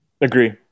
Agree